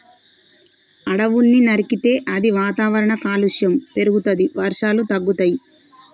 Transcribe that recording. అడవుల్ని నరికితే అది వాతావరణ కాలుష్యం పెరుగుతది, వర్షాలు తగ్గుతయి